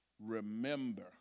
Remember